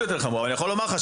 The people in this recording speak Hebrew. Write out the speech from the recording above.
אני יכול לומר לך,